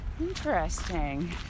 Interesting